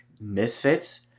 misfits